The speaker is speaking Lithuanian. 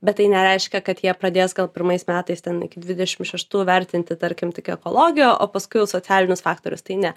bet tai nereiškia kad jie pradės gal pirmais metais ten iki dvidešim šeštų vertinti tarkim tik ekologiją o paskui jau socialinius faktorius tai ne